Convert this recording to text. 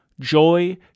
joy